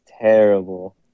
terrible